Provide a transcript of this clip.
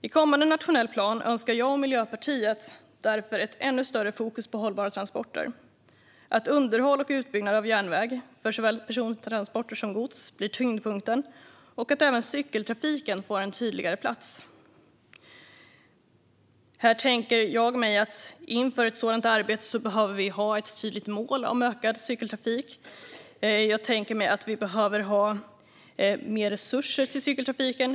I kommande nationell plan önskar jag och Miljöpartiet därför ett ännu större fokus på hållbara transporter - att underhåll och utbyggnad av järnväg för såväl persontransporter som gods blir tyngdpunkten och att även cykeltrafiken får en tydligare plats. Här tänker jag att vi inför ett sådant arbete behöver ha ett tydligt mål om ökad cykeltrafik. Jag tänker att vi behöver ha mer resurser till cykeltrafiken.